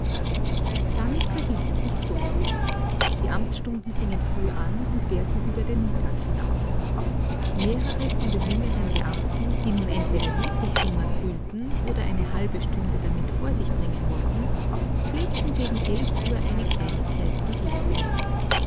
damit verhielt es sich so die amtsstunden fingen früh an und währten über den mittag hinaus mehrere von den jüngeren beamten die nun entweder wirklich hunger fühlten oder eine halbe stunde damit vor sich bringen wollten pflegten gegen eilf uhr eine kleinigkeit zu sich zu nehmen